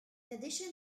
addition